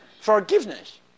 forgiveness